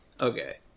Okay